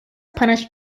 punish